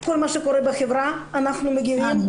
כל מה שקורה בחברה, אנחנו